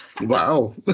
Wow